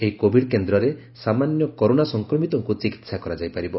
ଏହି କୋଭିଡ୍ କେନ୍ଦ୍ରରେ ସାମାନ୍ୟ କରୋନା ସଂକ୍ରମିତଙ୍କୁ ଚିକିତ୍ସା କରାଯାଇ ପାରିବ